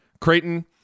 Creighton